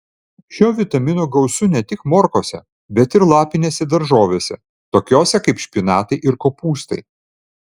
šio vitamino gausu ne tik morkose bet ir lapinėse daržovėse tokiose kaip špinatai ir kopūstai